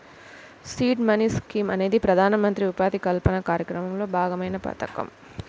seed money scheme అనేది ప్రధానమంత్రి ఉపాధి కల్పన కార్యక్రమంలో భాగమైన పథకం